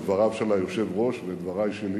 את דבריו של היושב-ראש ואת דברי שלי,